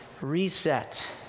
reset